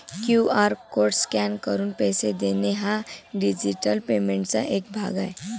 QR code scan करून पैसे देणे हा डिजिटल पेमेंटचा एक भाग आहे